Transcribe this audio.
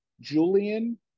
Julian